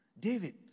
David